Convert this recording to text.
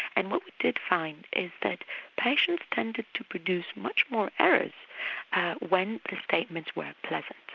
and what we did find is that patients tended to produce much more errors when the statements were pleasant.